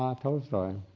um tolstoy.